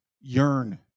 yearn